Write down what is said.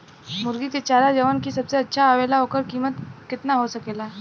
मुर्गी के चारा जवन की सबसे अच्छा आवेला ओकर कीमत केतना हो सकेला?